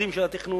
ובקודים של התכנון,